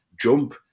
jump